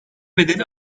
bedeli